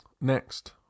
Next